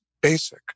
basic